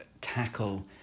tackle